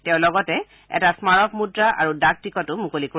তেওঁ লগতে এটা স্মাৰক মুদ্ৰা আৰু ডাক টিকটো মুকলি কৰিব